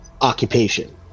occupation